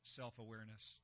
self-awareness